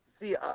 see